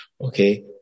Okay